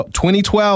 2012